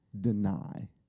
deny